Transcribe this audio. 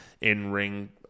in-ring